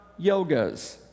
yogas